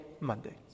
Monday